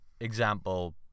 Example